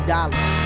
Dollars